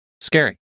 Scary